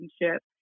relationship